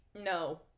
No